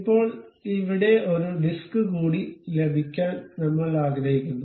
ഇപ്പോൾ ഇവിടെ ഒരു ഡിസ്ക് കൂടി ലഭിക്കാൻ നമ്മൾ ആഗ്രഹിക്കുന്നു